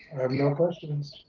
have no questions.